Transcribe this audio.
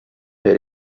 per